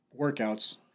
workouts